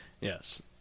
Yes